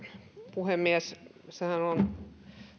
puhemies sehän on